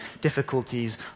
difficulties